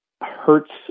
hurts